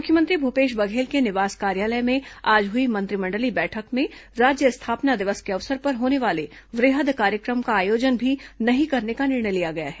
मुख्यमंत्री भूपेश बघेल के निवास कार्यालय में आज हुई मंत्रिमंडल की बैठक में राज्य स्थापना दिवस के अवसर पर होने वाले वृहद कार्यक्रम का आयोजन भी नहीं करने का निर्णय लिया गया है